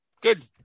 Good